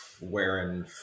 wearing